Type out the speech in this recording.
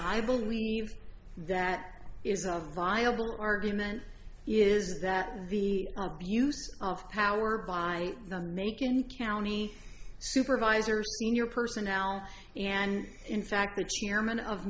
i believe that is a viable argument is that the use of power by the macon county supervisor senior personnel and in fact the chairman of